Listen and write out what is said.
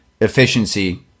efficiency